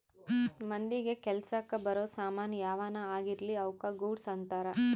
ಮಂದಿಗ ಕೆಲಸಕ್ ಬರೋ ಸಾಮನ್ ಯಾವನ ಆಗಿರ್ಲಿ ಅವುಕ ಗೂಡ್ಸ್ ಅಂತಾರ